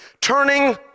turning